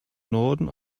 norden